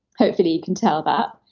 hopefully you can tell that.